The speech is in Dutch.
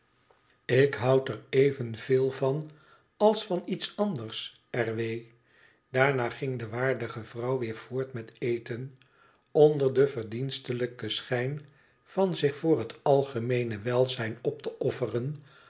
tik houd er evenveel van als van iets anders r w daarna ging de waardige vrouw weer voort met eten onder den verdienstelijken schijn van zich voor het algemeene welzijn op te offeren